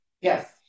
yes